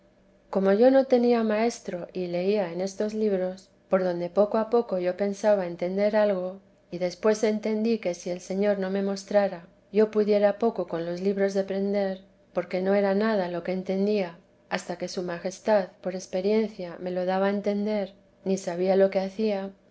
como yo no tenía maestro y leía en estos libros por donde poco a poco yo pensaba entender algo y después entendí que si el señor no me mostrara yo pudiera poco con los libros deprender porque no era nada lo que entendía hasta que su majestad por experiencia me lo daba a entender ni sabía lo que hacía